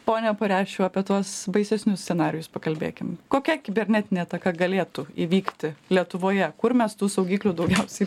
pone pareščiau apie tuos baisesnius scenarijus pakalbėkim kokia kibernetinė ataka galėtų įvykti lietuvoje kur mes tų saugiklių daugiausiai